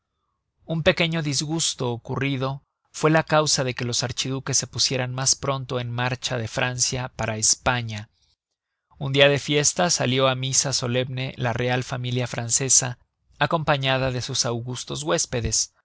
un pequeño disgusto ocurrido fue la causa de que los archiduques se pusieran mas pronto en marcha de francia para españa un dia de fiesta salió á misa solemne la real familia francesa acompañada de sus augustos huéspedes